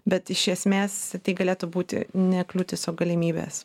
bet iš esmės tai galėtų būti ne kliūtis o galimybės